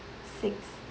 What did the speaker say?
six